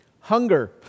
Hunger